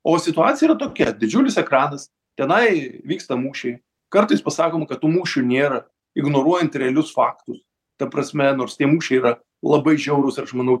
o situacija yra tokia didžiulis ekranas tenai vyksta mūšiai kartais pasakom kad tų mūšių nėra ignoruojant realius faktus ta prasme nors tie mūšiai yra labai žiaurūs ir aš manau